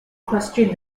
question